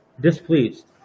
displeased